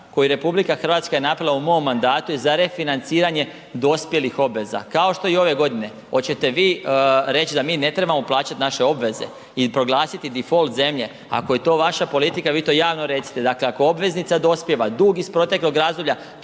koju RH je napravila u mom mandatu je za refinanciranje dospjelih obveza, kao što je i ove godine. Hoćete vi reći da mi ne trebamo plaćati naše obveze i proglasiti difolt zemlje, ako je to vaša politika vi to javno recite. Dakle ako obveznica dospijeva, dug iz proteklog razdoblja,